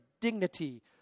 dignity